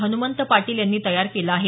हन्मंत पाटील यांनी तयार केला आहे